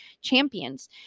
champions